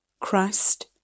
Christ